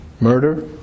murder